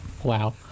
Wow